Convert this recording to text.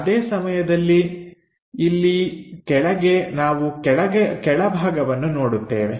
ಅದೇ ಸಮಯದಲ್ಲಿ ಇಲ್ಲಿ ಕೆಳಗೆ ನಾವು ಕೆಳಭಾಗವನ್ನು ನೋಡುತ್ತೇವೆ